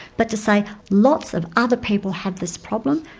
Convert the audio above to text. but to say lots of other people have this problem,